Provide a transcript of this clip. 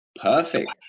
Perfect